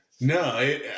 No